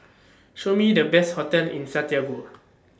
Show Me The Best hotels in Santiago